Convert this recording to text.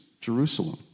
Jerusalem